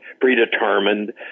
predetermined